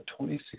2016